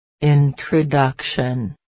Introduction